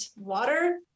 water